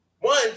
one